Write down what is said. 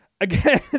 Again